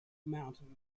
mountain